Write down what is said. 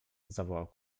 zawołał